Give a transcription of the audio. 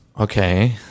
Okay